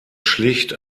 schlicht